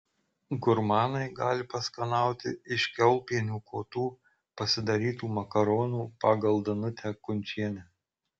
gurmanai gali paskanauti iš kiaulpienių kotų pasidarytų makaronų pagal danutę kunčienę